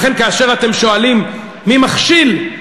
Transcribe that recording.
לכן, כשאתם שואלים מי מכשיל,